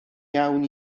iawn